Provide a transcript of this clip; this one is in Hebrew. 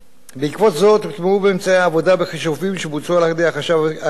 בעקבות זאת הוטמעו ממצאי העבודה בחישובים שבוצעו על-ידי החשב הכללי.